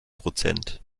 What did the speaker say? prozent